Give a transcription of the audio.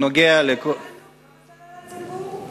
כמה זה עלה לנו?